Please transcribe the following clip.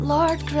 Lord